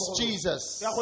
Jesus